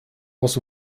was